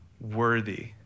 worthy